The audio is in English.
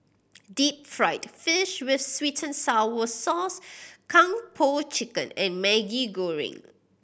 deep fried fish with sweet and sour sauce Kung Po Chicken and Maggi Goreng